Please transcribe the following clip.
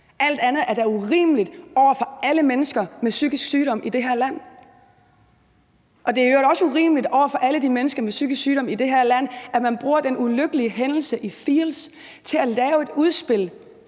alt andet er da urimeligt over for alle mennesker med psykisk sygdom i det her land. Det er i øvrigt også urimeligt over for alle de mennesker med psykisk sygdom i det her land, at man bruger den ulykkelige hændelse i Field's til at lave et udspil,